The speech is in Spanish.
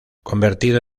convertido